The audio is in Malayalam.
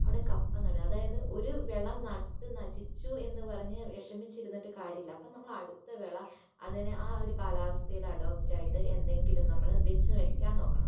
അവിടെ കപ്പ നടുക അതായത് ഒരു വിള നട്ട് നശിച്ചു എന്ന് പറഞ്ഞ് വിഷമിച്ചിരുന്നിട്ട് കാര്യമില്ല അപ്പോൾ നമ്മൾ അടുത്ത വിള അതിന് ആ ഒരു കാലാവസ്ഥയിൽ അഡോപ്റ്റായിട്ട് എന്തെങ്കിലും നമ്മൾ വച്ച് വയ്ക്കാൻ നോക്കണം